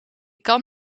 kan